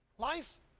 Life